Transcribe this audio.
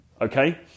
okay